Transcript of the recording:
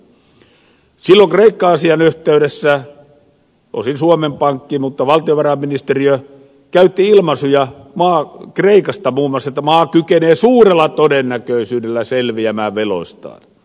silloin kreikka asian yhteydessä osin suomen pankki mutta myös valtiovarainministeriö käytti kreikasta muun muassa ilmaisuja että maa kykenee suurella todennäköisyydellä selviämään veloistaan